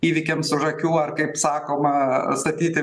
įvykiams už akių ar kaip sakoma statyti